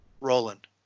Roland